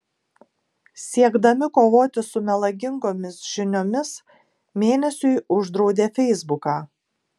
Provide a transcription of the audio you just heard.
siekdami kovoti su melagingomis žiniomis mėnesiui uždraudė feisbuką